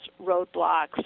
roadblocks